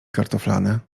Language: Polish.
kartoflane